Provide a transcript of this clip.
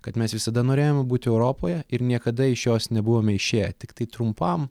kad mes visada norėjome būti europoje ir niekada iš jos nebuvome išėję tiktai trumpam